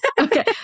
Okay